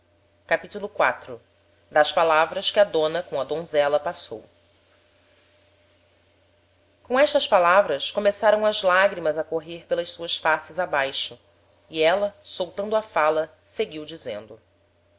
capitulo iv das palavras que a dona com a donzela passou com estas palavras começaram as lagrimas a correr pelas suas faces abaixo e éla soltando a fala seguiu dizendo